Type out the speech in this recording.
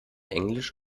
englisch